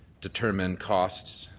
determine costs